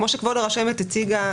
כמו שכבוד הרשמת הציגה,